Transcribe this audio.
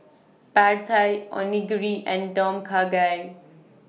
Pad Thai Onigiri and Tom Kha Gai